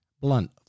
blunt